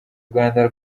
rwanda